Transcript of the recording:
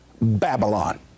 Babylon